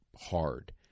hard